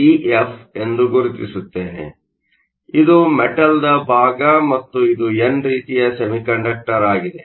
ಆದ್ದರಿಂದ ಇದು ಮೆಟಲ್ನ ಭಾಗ ಮತ್ತು ಇದು ಎನ್ ರೀತಿಯ ಸೆಮಿಕಂಡಕ್ಟರ್ ಆಗಿದೆ